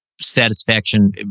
satisfaction